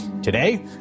Today